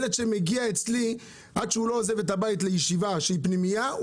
עד שהילד שלי לא עוזב את הבית לישיבה שהיא פנימייה,